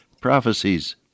prophecies